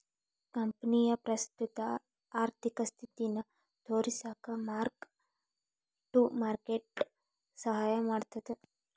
ಕಂಪನಿಯ ಪ್ರಸ್ತುತ ಆರ್ಥಿಕ ಸ್ಥಿತಿನ ತೋರಿಸಕ ಮಾರ್ಕ್ ಟು ಮಾರ್ಕೆಟ್ ಸಹಾಯ ಮಾಡ್ತದ